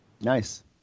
Nice